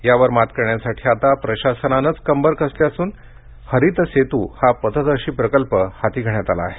यावर मात करण्यासाठी आता प्रशासनानंच कंबर कसली अस्न यासाठी हरीत सेतू हा पथदर्शी प्रकल्प हाती घेण्यात आला आहे